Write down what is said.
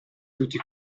tutti